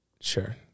Sure